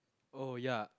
oh ya